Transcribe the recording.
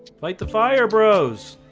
like the fire bros,